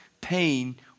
pain